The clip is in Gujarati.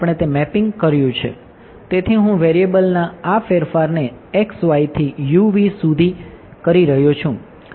તેથી હું વેરિએબલના આ ફેરફારને x y થી u v સુધી કરી રહ્યો છું